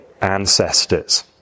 ancestors